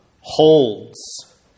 holds